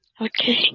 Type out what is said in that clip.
okay